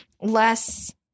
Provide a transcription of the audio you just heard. less